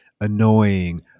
annoying